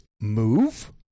Move